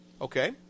Okay